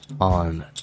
on